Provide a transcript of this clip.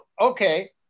okay